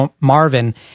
Marvin